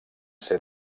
ser